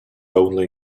only